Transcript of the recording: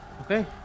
Okay